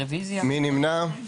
מי נמנע?